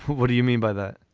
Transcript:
what do you mean by that.